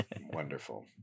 Wonderful